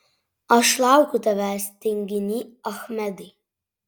aš laukiu tavęs tinginy achmedai